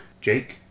Jake